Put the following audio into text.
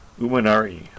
Umanari